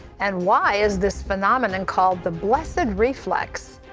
and why is this phenomenon called the blessed reflex?